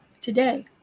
today